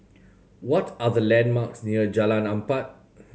what are the landmarks near Jalan Empat